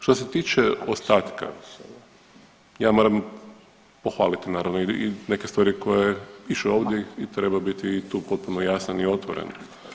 Što se tiče ostatka, ja moram pohvaliti naravno i neke stvari koje pišu ovdje i treba biti tu potpuno jasan i otvoren.